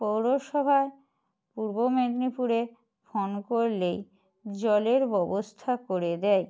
পৌরসভায় পূর্ব মেদিনীপুরে ফোন করলেই জলের ব্যবস্থা করে দেয়